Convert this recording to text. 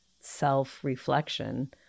self-reflection